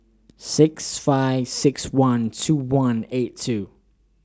six five six one two one eight two